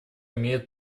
имеет